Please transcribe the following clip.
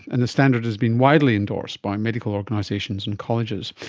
and the standard has been widely endorsed by medical organisations and colleges.